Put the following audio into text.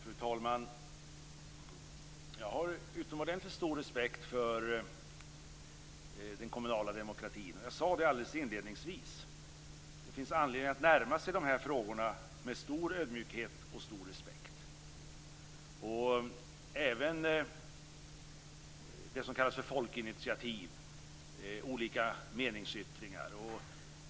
Fru talman! Jag har utomordentligt stor respekt för den kommunala demokratin. Jag sade inledningsvis att det finns anledning att närma sig de här frågorna med stor ödmjukhet och stor respekt, och även det som kallas folkinitiativ och olika meningsyttringar.